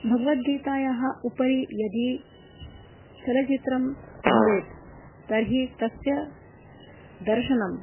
भगवद्गीतायाः उपरि यदि चलच्चित्रं भवेत् तर्हि तस्य दर्शनं